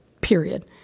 period